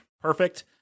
perfect